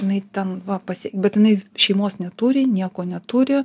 jinai ten va pasi bet jinai šeimos neturi nieko neturi